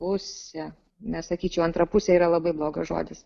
pusę nesakyčiau antra pusė yra labai blogas žodis